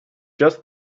just